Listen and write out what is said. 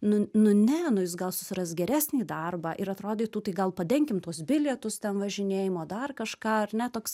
nu nu ne nu jis gal susiras geresnį darbą ir atrodytų tai gal padenkim tuos bilietus ten važinėjimo dar kažką ar ne toks